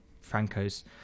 Franco's